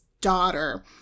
daughter